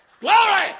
Glory